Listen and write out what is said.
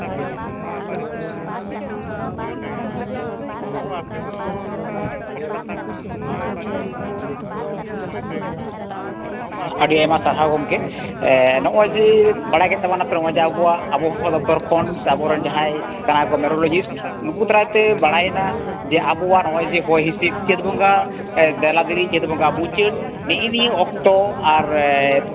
ᱟᱹᱰᱤ ᱟᱭᱢᱟ ᱥᱟᱨᱦᱟᱣ ᱜᱚᱝᱠᱮ ᱱᱚᱜᱼᱚᱭ ᱡᱮ ᱵᱟᱲᱟᱭ ᱠᱮᱫ ᱛᱟᱵᱚᱱᱟᱯᱮ ᱱᱚᱜᱼᱚᱭ ᱡᱮ ᱟᱵᱚᱣᱟᱜ ᱟᱵᱚᱦᱟᱣᱟ ᱫᱚᱯᱛᱚᱨ ᱠᱷᱚᱱ ᱥᱮ ᱟᱵᱚᱨᱮᱱ ᱡᱟᱦᱟᱸᱭ ᱠᱟᱱᱟ ᱠᱚ ᱢᱮᱴᱨᱳᱞᱚᱡᱤᱥᱴ ᱱᱩᱠᱩ ᱫᱟᱨᱟᱭᱛᱮ ᱵᱟᱲᱟᱭ ᱱᱟ ᱡᱮ ᱟᱵᱚᱣᱟᱜ ᱱᱚᱜᱼᱚᱭ ᱡᱮ ᱦᱚᱭ ᱦᱤᱸᱥᱤᱫ ᱪᱟᱹᱛ ᱵᱚᱸᱜᱟ ᱫᱮᱞᱟ ᱫᱤᱞᱤ ᱪᱟᱹᱛ ᱵᱚᱸᱜᱟ ᱢᱩᱪᱟᱹᱫ ᱱᱮᱜᱼᱮ ᱱᱤᱭᱟᱹ ᱚᱠᱛᱚ ᱟᱨ